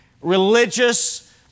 religious